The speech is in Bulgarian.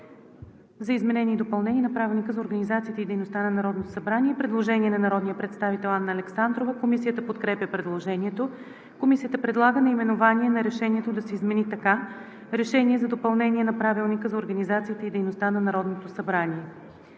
за изменение и допълнение на Правилника за организацията и дейността на Народното събрание“.“ Предложение на народния представител Анна Александрова. Комисията подкрепя предложението. Комисията предлага наименованието на Решението да се измени така: „Решение за допълнение на Правилника за организацията и дейността на Народното събрание“.